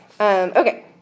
Okay